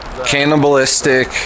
Cannibalistic